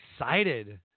excited